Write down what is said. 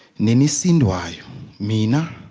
many seen why i mean a